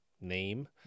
name